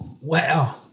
wow